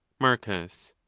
marcus.